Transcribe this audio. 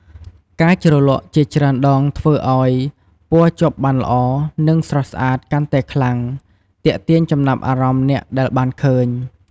ការជ្រលក់ជាច្រើនដងធ្វើអោយ ពណ៌ជាប់បានល្អនិង ស្រស់ស្អាត កាន់តែខ្លាំង ទាក់ទាញចំណាប់អារម្មណ៍អ្នកដែលបានឃើញ។